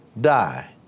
die